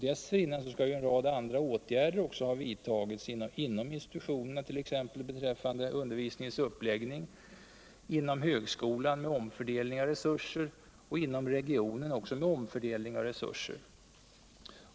Dessförinnan skall en rad andra åtgärder ha vidtagits inom Anslag till högskola institutionerna beträffande bl.a. undervisningens uppläggning, inom och forskning högskolan med omfördelning av resurser och inom regionen, också med omfördelning av resurser.